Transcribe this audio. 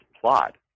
plot